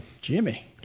Jimmy